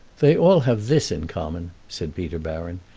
they all have this in common, said peter baron,